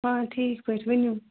آ ٹھیٖک پٲٹھۍ ؤنِو